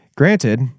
Granted